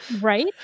Right